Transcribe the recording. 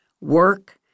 work